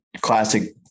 classic